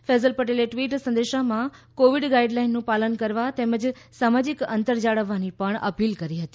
ફૈઝલ પટેલે ટ્વીટ સંદેશમાં કોવિડ ગાઇડલાઇનનું પાલન કરવા તેમજ સામાજિક અંતર જાળવવાની પણ અપીલ કરી હતી